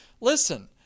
listen